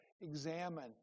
examine